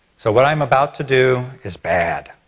so what i'm about to do is bad.